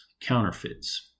counterfeits